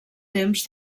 temps